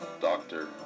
doctor